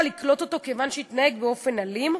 לקלוט אותו כיוון שהתנהגותו הייתה אלימה.